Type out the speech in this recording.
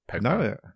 No